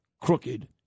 crooked